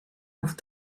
auf